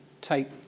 take